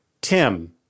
Tim